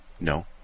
No